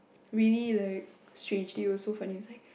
really like strangely was so funny like